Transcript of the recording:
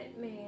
man